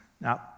Now